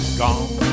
gone